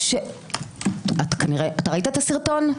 אתה ראית את הסרטון?